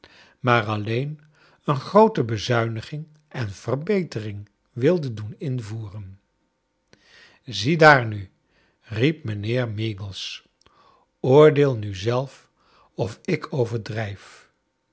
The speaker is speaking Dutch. maar alleen een groote bezuiniging en verbetering wilde docn invoeren ziedaar nul riep mijnheer measles oordeel nu zelf of ik overdrijf